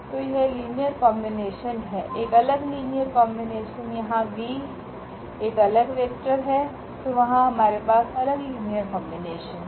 तो यह linear combination है एक अलग लीनियर कॉम्बिनेशन यहाँ v एक अलग वेक्टर है तो वहाँ हमारे पास अलग लीनियर कॉम्बिनेशन हैं